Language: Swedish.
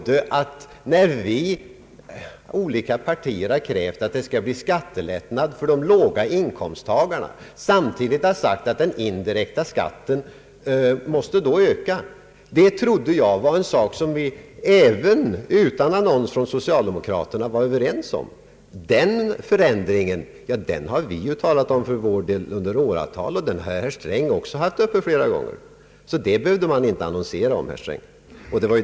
När olika partier har krävt skattelättnad för låginkomsttagare och samtidigt har sagt att den indirekta skatten då måste öka, trodde jag det var en sak som vi var överens om även utan en annons från socialdemokraterna. Den förändringen har ju vi för vår del talat om i åratal, och den har herr Sträng haft uppe flera gånger. Den behövde man inte annonsera om, herr Sträng.